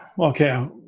Okay